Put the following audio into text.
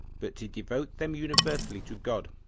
but to devote them universally to god,